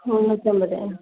മുന്നൂറ്റി അൻപത്